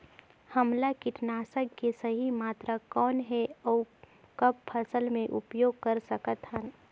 हमला कीटनाशक के सही मात्रा कौन हे अउ कब फसल मे उपयोग कर सकत हन?